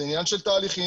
זה עניין של תהליכם.